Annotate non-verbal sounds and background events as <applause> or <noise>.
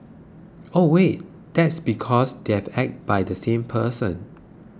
<hesitation> wait that's because they're acted by the same person